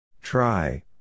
Try